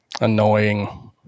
Annoying